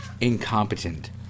incompetent